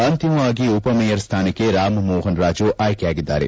ಅಂತಿಮವಾಗಿ ಉಪಮೇಯರ್ ಸ್ಥಾನಕ್ಷೆ ರಾಮಮೋಹನ್ ರಾಜು ಆಯ್ಲೆಯಾಗಿದ್ದಾರೆ